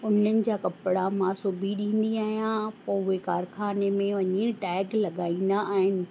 उन्हनि जा कपिड़ा मां सिबी ॾींदी आहियां पोइ उहे कारखाने में वञी टैग लॻाईंदा आहिनि